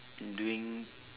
doing